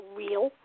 real